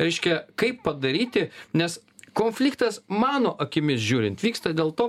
reiškia kaip padaryti nes konfliktas mano akimis žiūrint vyksta dėl to